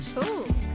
Cool